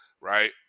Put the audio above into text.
right